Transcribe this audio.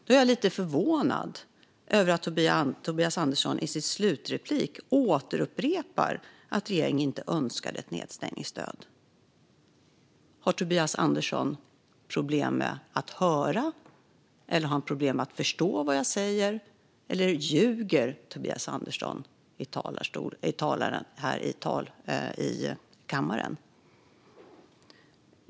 Jag är lite förvånad över att Tobias Andersson i sin slutreplik upprepar att regeringen inte önskade ett nedstängningsstöd. Har Tobias Andersson problem med att höra eller problem med att förstå vad jag säger - eller ljuger Tobias Andersson här i kammaren?